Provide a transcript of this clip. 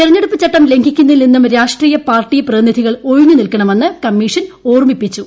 തെരുഞ്ഞ്ടുപ്പ് ചട്ടം ലംഘിക്കുന്നതിൽ നിന്നും രാഷ്ട്രീയ പാർട്ടി പ്രതിനീധികൾ ഒഴിഞ്ഞു നിൽക്കണമെന്ന് കമ്മീഷൻ ഓർമ്മിപ്പിച്ചു